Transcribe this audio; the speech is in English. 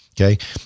okay